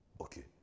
Okay